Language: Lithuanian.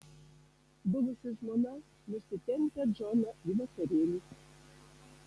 buvusi žmona nusitempia džoną į vakarėlį